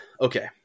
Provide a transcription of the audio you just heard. okay